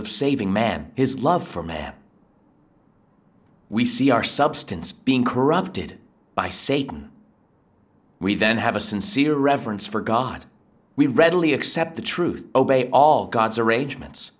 of saving man his love for man we see our substance being corrupted by satan revenge have a sincere reverence for god we readily accept the truth obey all god's arrangements